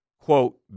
Quote